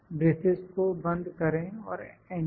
braces को बंद करें और एंटर